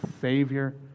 savior